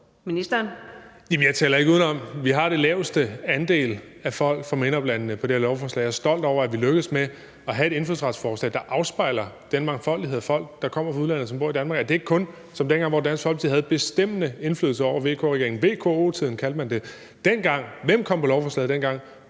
ikke udenom. Vi har den laveste andel af folk fra MENAP-landene på det her lovforslag. Jeg er stolt over, at vi er lykkedes med at have et indfødsretsforslag, der afspejler den mangfoldighed af folk, der kommer fra udlandet, og som bor i Danmark, altså at det ikke er som dengang, hvor Dansk Folkeparti havde bestemmende indflydelse på VK-regeringen – VKO-tiden kaldte man det – for hvem kom på lovforslaget dengang?